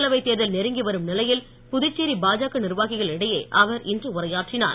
மக்களவைத் தேர்தல் நெருங்கி வரும் நிலையில் புதுச்சேரி பாஜக நிர்வாகிகள் இடையே அவர் இன்று உரையாற்றினார்